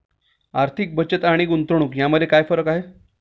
आर्थिक बचत आणि गुंतवणूक यामध्ये काय फरक आहे?